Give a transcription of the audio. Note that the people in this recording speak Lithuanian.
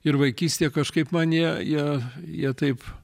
ir vaikystėje kažkaip man jie jie jie taip